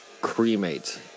cremate